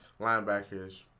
linebackers